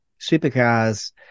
Supercars